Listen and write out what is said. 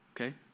Okay